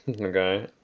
Okay